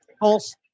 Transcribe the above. Pulse